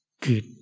good